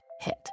hit